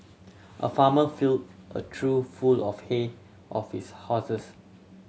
a farmer fill a trough full of hay of his horses